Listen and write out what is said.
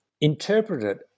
interpreted